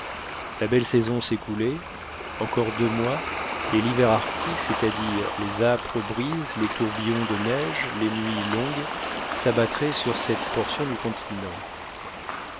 la belle saison s'écoulait encore deux mois et l'hiver arctique c'est-àdire les âpres brises les tourbillons de neige les nuits longues s'abattrait sur cette portion du continent